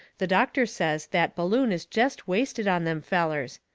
the doctor says that balloon is jest wasted on them fellers.